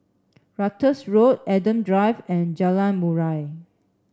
Ratus Road Adam Drive and Jalan Murai